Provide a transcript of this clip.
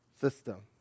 system